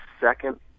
second